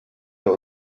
der